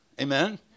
Amen